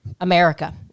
america